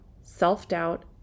self-doubt